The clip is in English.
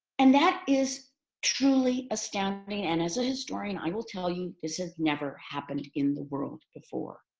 and that is truly astounding. and as a historian, i will tell you this has never happened in the world before,